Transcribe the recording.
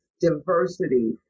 diversity